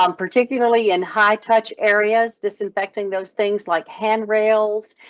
um particularly in high touch areas. disinfecting those things like hand rails,